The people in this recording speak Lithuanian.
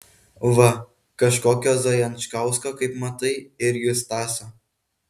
va kažkokio zajančkausko kaip matai irgi stasio